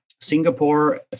Singapore